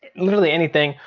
literally anything.